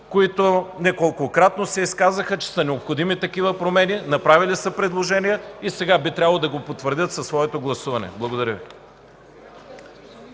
които неколкократно се изказаха, че са необходими такива промени, направили са предложения и сега би трябвало да го потвърдят със своето гласуване. Благодаря.